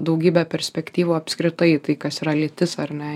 daugybę perspektyvų apskritai tai kas yra lytis ar ne